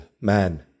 man